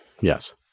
Yes